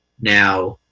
now,